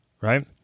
right